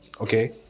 okay